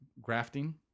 Grafting